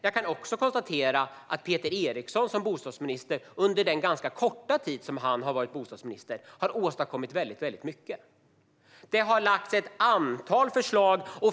Jag kan också konstatera att Peter Eriksson under den ganska korta tid som han har varit bostadsminister har åstadkommit väldigt mycket. Han har lagt fram ett antal förslag.